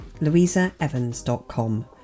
louisaevans.com